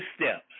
steps